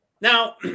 Now